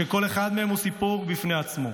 וכל אחד מהם הוא סיפור בפני עצמו.